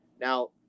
Now